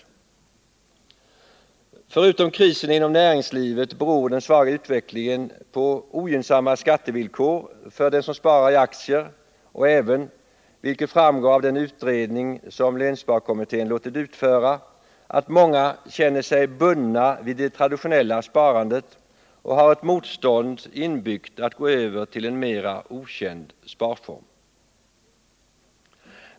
Den svaga utvecklingen av sparandet i aktiefonder beror förutom på krisen inom näringslivet på ogynnsamma skattevillkor för dem som sparar i aktier och även, vilket framgår av den utredning som lönsparkommittén låtit utföra, på att många känner sig bundna vid det traditionella sparandet och har ett inbyggt motstånd mot att gå över till en mera okänd sparform.